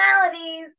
personalities